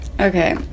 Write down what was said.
Okay